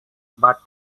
but